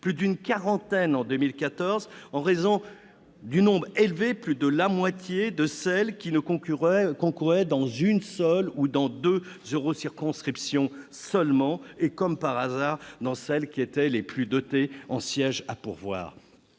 plus d'une quarantaine en 2014 en raison du nombre élevé- plus de la moitié -de celles qui ne concourraient que dans une ou deux eurocirconscriptions seulement, lesquelles, comme par hasard, étaient les plus dotées en sièges à pourvoir.